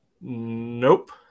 nope